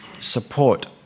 support